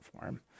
form